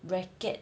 racket